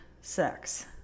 sex